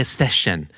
session